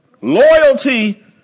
Loyalty